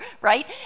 right